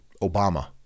Obama